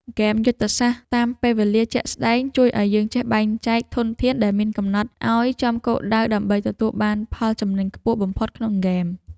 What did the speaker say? ហ្គេមយុទ្ធសាស្ត្រតាមពេលវេលាជាក់ស្តែងជួយឱ្យយើងចេះបែងចែកធនធានដែលមានកំណត់ឱ្យចំគោលដៅដើម្បីទទួលបានផលចំណេញខ្ពស់បំផុតក្នុងហ្គេម។